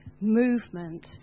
movement